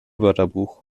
wörterbuch